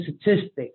statistics